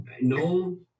No